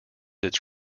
its